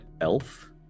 elf